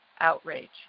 outrage